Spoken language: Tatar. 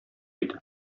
иде